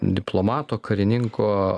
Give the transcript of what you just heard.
diplomato karininko